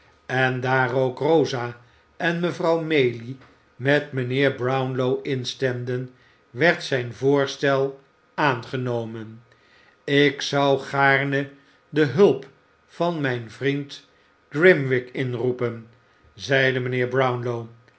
en daar ook rosa en mevrouw maylie met mijnheer brownlow instemden werd zijn voorstel aangenomen ik zou gaarne de hulp van mijn vriend grimwig inroepen zeide mijnheer